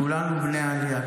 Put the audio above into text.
כולנו בני עלייה,